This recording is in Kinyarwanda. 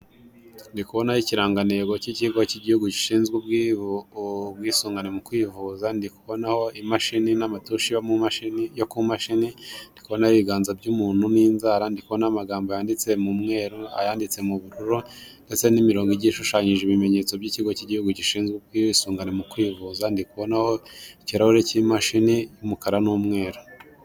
Ndi kubonaho ikirangantego k'icyigo cy'igihugu gishinzwe ubwisungane mu kwivuza, ndi kubonaho imashini n'amatushe yo ku mashini ndi kubonaho ibiganza by'umuntu n'inzara ndi kubonaho amagambo yanditse mu mweru, ayanditse mu bururu ndetse n'imirongo igiye ishushanyije ibimenyetso by'ikigo cy'igihugu gishinzwe ubwisungane mu kwivuza, ndi kubonaho ikirahure cy'imashini umukara n'umweru.